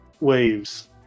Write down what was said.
waves